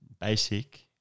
basic